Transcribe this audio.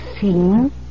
seen